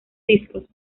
discos